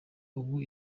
ubu